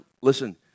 Listen